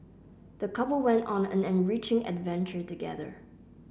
the couple went on an enriching adventure together